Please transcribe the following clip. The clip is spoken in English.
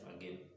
again